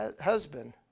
husband